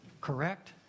correct